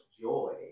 joy